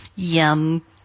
Yum